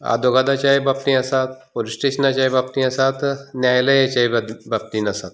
आदवोगादाच्याय बाबतींत आसात पुलीस स्टेशनाच्याय बाबतींत आसात न्यायालयाच्याय बाबत् बाबतींत आसात